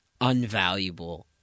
unvaluable